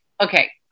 Okay